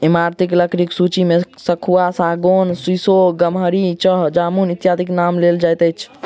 ईमारती लकड़ीक सूची मे सखुआ, सागौन, सीसो, गमहरि, चह, जामुन इत्यादिक नाम लेल जाइत अछि